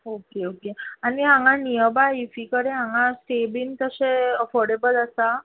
okay आनी हांगा nearby इफि कडेन स्टे बीन तशे अफॉरर्डेबल आसा